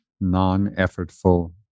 non-effortful